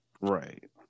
Right